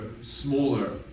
smaller